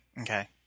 Okay